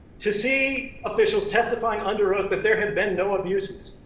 to see officials testifying under oath that there had been no abuses,